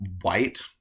white